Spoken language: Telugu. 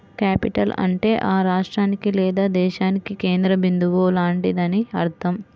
క్యాపిటల్ అంటే ఆ రాష్ట్రానికి లేదా దేశానికి కేంద్ర బిందువు లాంటిదని అర్థం